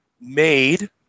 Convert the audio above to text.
made